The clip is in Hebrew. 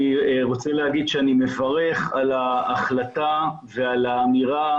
אני רוצה לומר שאני מברך על ההחלטה ועל האמירה